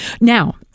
Now